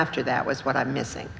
after that was what i'm missing